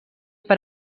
per